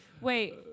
Wait